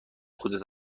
خودت